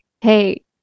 Hey